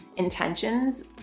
intentions